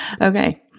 Okay